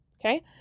Okay